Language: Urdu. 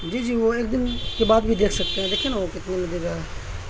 جی جی وہ ایک دن کے بعد بھی دیکھ سکتے ہیں دیکھیے نا وہ کتنے میں دے رہا ہے